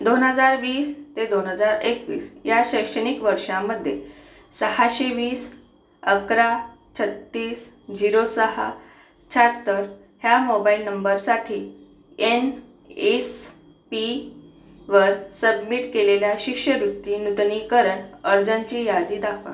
दोन हजार वीस ते दोन हजार एकवीस या शैक्षणिक वर्षामध्ये सहाशे वीस अकरा छत्तीस झिरो सहा शाहत्तर ह्या मोबाइल नंबरसाठी एन एस पीवर सबमिट केलेल्या शिष्यवृत्ती नूतनीकरण अर्जांची यादी दाखवा